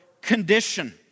condition